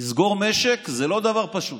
לסגור משק זה לא דבר פשוט.